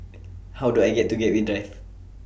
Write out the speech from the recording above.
How Do I get to Gateway Drive